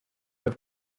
have